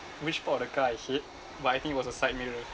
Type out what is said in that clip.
which part of the car I hit but I think it was the side mirror